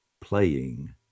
playing